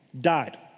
died